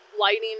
Lighting